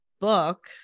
book